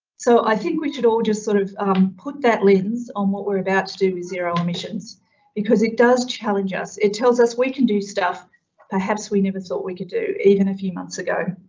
so i think we should all just sort of put that lens on what we're about to do with zero emissions because it does challenge us. it tells us we can do stuff perhaps we never thought we could do even a few months ago.